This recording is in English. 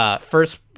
First